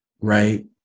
right